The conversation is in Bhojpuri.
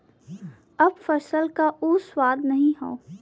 अब फसल क उ स्वाद नाही हौ